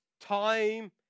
time